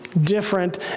different